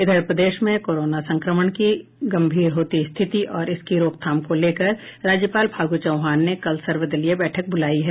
इधर प्रदेश में कोरोना संक्रमण की गंभीर होती स्थिति और इसकी रोकथाम को लेकर राज्यपाल फागू चौहान ने कल सर्वदलीय बैठक बुलायी है